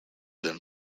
them